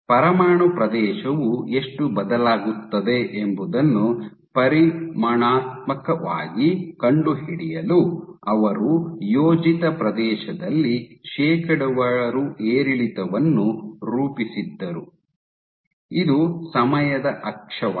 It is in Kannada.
ಪರಮಾಣು ಪ್ರದೇಶವು ಎಷ್ಟು ಬದಲಾಗುತ್ತದೆ ಎಂಬುದನ್ನು ಪರಿಮಾಣಾತ್ಮಕವಾಗಿ ಕಂಡುಹಿಡಿಯಲು ಅವರು ಯೋಜಿತ ಪ್ರದೇಶದಲ್ಲಿ ಶೇಕಡಾವಾರು ಏರಿಳಿತವನ್ನು ರೂಪಿಸಿದ್ದರು ಇದು ಸಮಯದ ಅಕ್ಷವಾಗಿದೆ